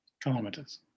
Kilometers